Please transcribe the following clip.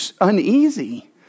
uneasy